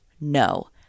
No